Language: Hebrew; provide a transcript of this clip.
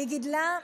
היא גידלה,